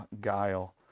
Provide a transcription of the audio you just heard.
guile